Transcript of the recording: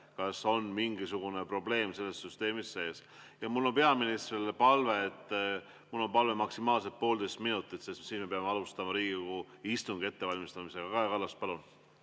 kas on mingisugune probleem selles süsteemis sees. Ja mul on peaministrile palve, et [ta vastaks] maksimaalselt poolteist minutit, sest siis me peame alustama Riigikogu istungi ettevalmistamist. Kaja Kallas, palun!